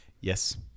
Yes